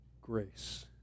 grace